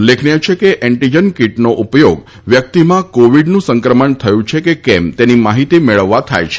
ઉલ્લેખનીય છે કે એન્ટિજન કીટનો ઉપયોગ વ્યક્તિમાં કોવિડનું સંક્રમણ થયું છે કે કેમ તેની માહિતી મેળવવા થાય છે